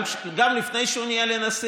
גם לפני שהוא היה נשיא,